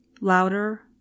louder